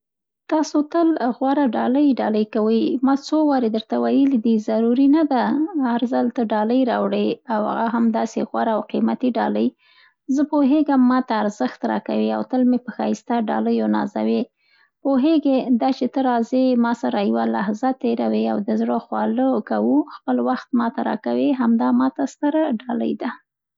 تاسو تل غوره ډالۍ، ډالۍ کوئ. ما څو واري درته ویلي دۍ، ضروري نه ده، هر ځل ته ډالۍ راوړې او هغه هم داسې غوره او قیمتي ډالۍ! زه پوهېږم، ماته ارزښت راکوې او تل مې په ښایسته ډالیو نازوې. پوهېږې! دا چي ته راځې ما سره یوه لحظه تېروې او د زړه خواله کوو، خپل وخت ماته راکوې، همدا ماته ستره ډالۍ ده.